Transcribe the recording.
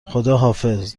خداحافظ